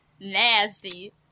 Nasty